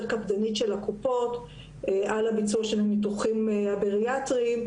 קפדנית של הקופות על הביצוע של הניתוחים הבריאטריים,